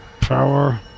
power